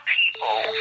people